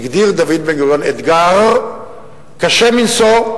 הגדיר דוד בן-גוריון אתגר קשה מנשוא,